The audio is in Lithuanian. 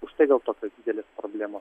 užtai gal tokios didelės problemos